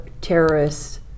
terrorists